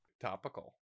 Topical